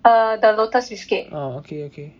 err the lotus biscuit